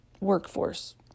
workforce